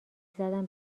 زدم